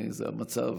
זה המצב,